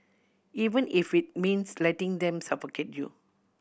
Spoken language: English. even if it means letting them suffocate you